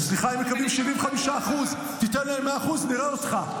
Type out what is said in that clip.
סליחה, הם מקבלים 75% תיתן להם 100%, נראה אותך.